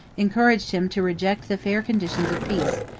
encouraged him to reject the fair conditions of peace,